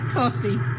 coffee